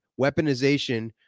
weaponization